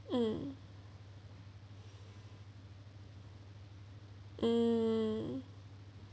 mm mm